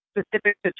specific